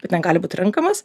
bet negali būt renkamas